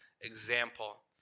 example